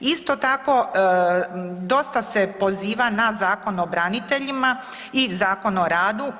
Isto tako dosta se poziva na Zakon o braniteljima i Zakon o radu.